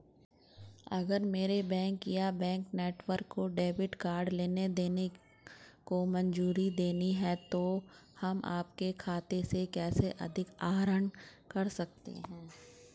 अगर मेरे बैंक या बैंक नेटवर्क को डेबिट कार्ड लेनदेन को मंजूरी देनी है तो हम आपके खाते से कैसे अधिक आहरण कर सकते हैं?